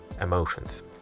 emotions